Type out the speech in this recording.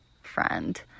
friend